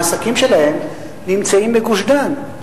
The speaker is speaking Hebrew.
העסקים שלהם נמצאים בגוש-דן.